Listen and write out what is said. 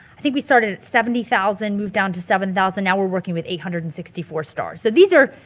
i think we started at seventy thousand, moved down to seven thousand, now we're working with eight hundred and sixty four stars. so these are,